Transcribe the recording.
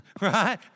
Right